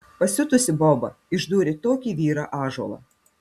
pasiutusi boba išdūrė tokį vyrą ąžuolą